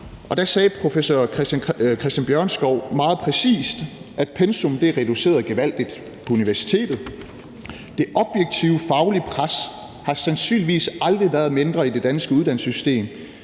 og der sagde professor Christian Bjørnskov meget præcist, at pensum er reduceret gevaldigt på universitetet. Det objektive faglige pres har sandsynligvis aldrig været mindre i det danske uddannelsessystem.